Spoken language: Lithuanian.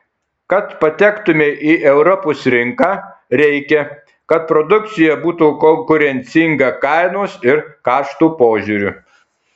kad patektumei į europos rinką reikia kad produkcija būtų konkurencinga kainos ir kaštų požiūriu